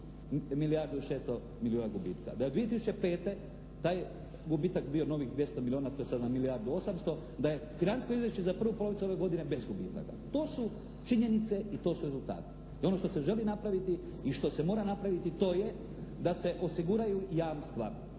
ponovo milijardu i 600 milijuna gubitka. Da je 2005. taj gubitak bio novih 200 milijuna. To je sada milijardu 800. Da je financijsko izvješće za prvu polovicu ove godine bez gubitaka. To su činjenice i to su rezultati. I ono što se želi napraviti i što se mora napraviti to je da se osiguraju jamstva